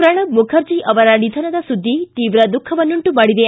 ಪ್ರಣಬ್ ಮುಖರ್ಜಿ ಅವರ ನಿಧನದ ಸುದ್ದಿ ತೀವ್ರ ದುಃಖವನ್ನುಂಟು ಮಾಡಿದೆ